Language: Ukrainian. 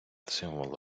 символ